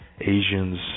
Asians –